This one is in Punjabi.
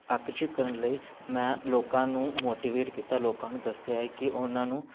ਆਕਰਸ਼ਿਤ ਕਰਨ ਲਈ ਮੈਂ ਲੋਕਾਂ ਨੂੰ ਮੋਟੀਵੇਟ ਕੀਤਾ ਲੋਕਾਂ ਨੂੰ ਦੱਸਿਆ ਹੈ ਕਿ ਉਹਨਾਂ ਨੂੰ